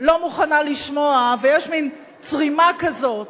לא מוכנה לשמוע, ויש מין צרימה כזאת